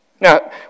Now